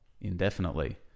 indefinitely